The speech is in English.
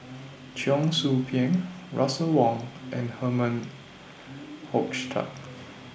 Cheong Soo Pieng Russel Wong and Herman Hochstadt